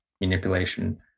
manipulation